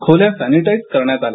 खोल्या संनिटाईझ करण्यात आल्या